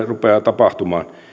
rupeaa tapahtumaan